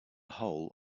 hole